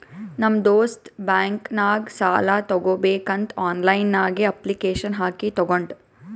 ನಮ್ ದೋಸ್ತ್ ಬ್ಯಾಂಕ್ ನಾಗ್ ಸಾಲ ತಗೋಬೇಕಂತ್ ಆನ್ಲೈನ್ ನಾಗೆ ಅಪ್ಲಿಕೇಶನ್ ಹಾಕಿ ತಗೊಂಡ್